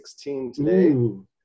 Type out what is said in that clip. today